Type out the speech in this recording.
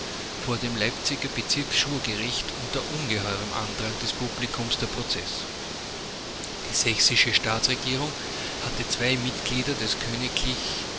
vor dem leipziger bezirksschwurgericht unter ungeheurem andrange des publikums der prozeß die sächsische staatsregierung hatte zwei mitglieder des